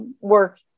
work